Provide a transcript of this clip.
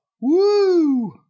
Woo